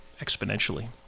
exponentially